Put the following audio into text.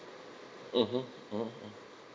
mmhmm mmhmm mm